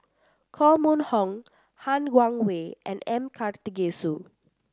Koh Mun Hong Han Guangwei and M Karthigesu